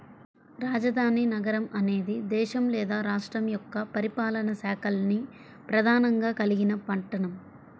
రాజధాని నగరం అనేది దేశం లేదా రాష్ట్రం యొక్క పరిపాలనా శాఖల్ని ప్రధానంగా కలిగిన పట్టణం